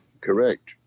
Correct